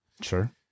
Sure